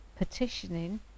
Petitioning